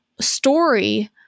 story